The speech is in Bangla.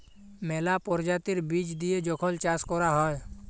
ম্যালা পরজাতির বীজ দিঁয়ে যখল চাষ ক্যরা হ্যয়